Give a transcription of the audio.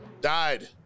Died